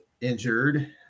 injured